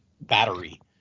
battery